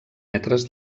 metres